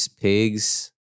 pigs